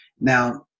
Now